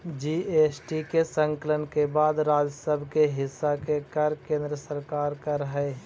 GST के संकलन के बाद राज्य सब के हिस्सा के कर केन्द्र सरकार कर हई